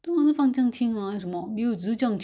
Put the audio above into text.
wine the wine and soya sauce only